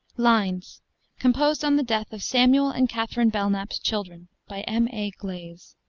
lines composed on the death of samuel and catharine belknap's children by m. a. glaze